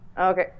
Okay